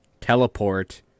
teleport